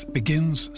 begins